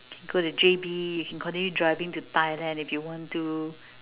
go to J_B you can continue driving to Thailand if you want to